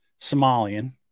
somalian